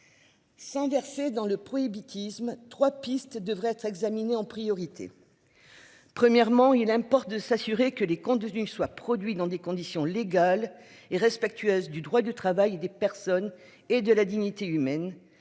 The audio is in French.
Sans verser dans le prohibitifs me 3 pistes devraient être examiné en priorité. Premièrement, il importe de s'assurer que les contenus soient produits dans des conditions légales et respectueuse du droit du travail et des personnes et de la dignité humaine